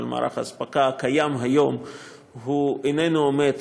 מערך האספקה הקיים היום איננו עומד